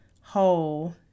whole